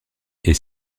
est